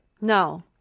No